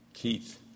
Keith